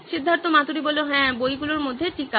সিদ্ধার্থ মাতুরি হ্যাঁ বইগুলোর মধ্যে টীকা